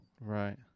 right